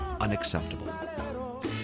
unacceptable